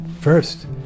first